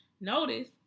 Notice